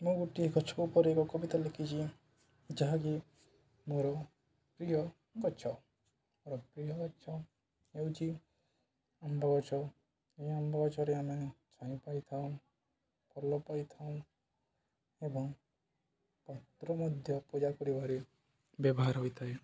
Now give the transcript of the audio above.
ମୁଁ ଗୋଟିଏ ଗଛ ଉପରେ ଏକ କବିତା ଲେଖିଛି ଯାହାକି ମୋର ପ୍ରିୟ ଗଛ ମୋର ପ୍ରିୟ ଗଛ ହେଉଛି ଆମ୍ବ ଗଛ ଏହି ଆମ୍ବ ଗଛରେ ଆମେ ଛାଇ ପାଇଥାଉ ଫଳ ପାଇଥାଉ ଏବଂ ପତ୍ର ମଧ୍ୟ ପୂଜା କରିବାରେ ବ୍ୟବହାର ହୋଇଥାଏ